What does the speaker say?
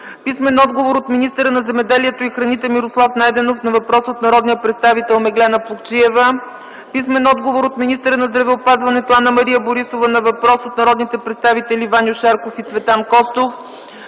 Плугчиева; - от министъра на земеделието и храните Мирослав Найденов на въпрос от народния представител Меглена Плугчиева; - от министъра на здравеопазването Анна-Мария Борисова на въпрос от народните представители Ваньо Шарков и Цветан Костов;